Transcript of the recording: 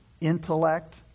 intellect